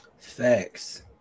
Thanks